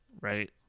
right